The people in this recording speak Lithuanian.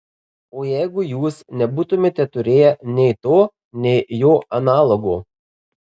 o jeigu jūs nebūtumėte turėję nei to nei jo analogo